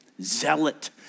zealot